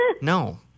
No